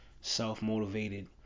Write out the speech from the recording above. self-motivated